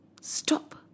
Stop